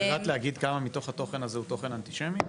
את יודעת להגיד כמה מתוך התוכן הזה הוא תוכן אנטישמי?